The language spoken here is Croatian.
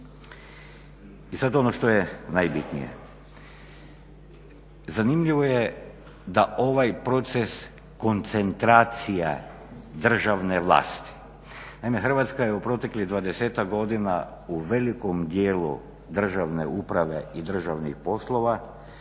I sada ono što je najbitnije. Zanimljivo je da ovaj proces koncentracije državne vlasti. Naime, Hrvatska je u proteklih 20-ak godina u velikom dijelu državne uprave i državnih poslova